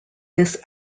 this